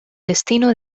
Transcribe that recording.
destino